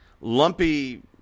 lumpy